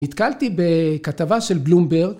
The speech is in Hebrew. נתקלתי בכתבה של בלומברג